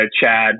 chad